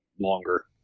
longer